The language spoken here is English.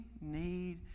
need